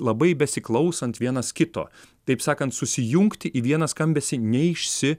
labai besiklausant vienas kito taip sakant susijungti į vieną skambesį neišsi